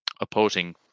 opposing